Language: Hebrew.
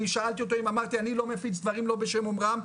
אני שאלתי אותו אם אמרתי אני לא מפיץ דברים לא בשם אומרם,